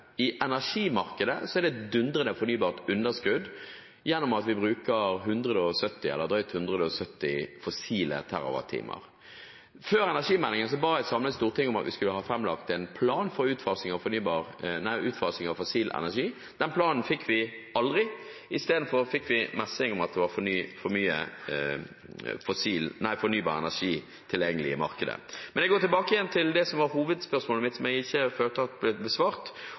I energimarkedet er det et dundrende fornybarunderskudd gjennom at vi bruker drøyt 170 fossile TWh. Før energimeldingen ba et samlet storting om å få framlagt en plan for utfasing av fossil energi. Den planen fikk vi aldri. Isteden fikk vi messing om at det var for mye fornybar energi tilgjengelig i markedet. Men tilbake til det som var hovedspørsmålet mitt, og som jeg følte ikke ble besvart.